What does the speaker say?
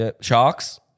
Sharks